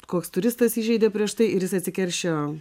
koks turistas įžeidė prieš tai ir jis atsikeršijo